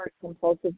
compulsive